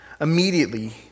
Immediately